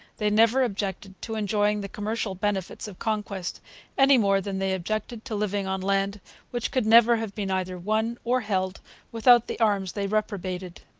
they never objected to enjoying the commercial benefits of conquest any more than they objected to living on land which could never have been either won or held without the arms they reprobated.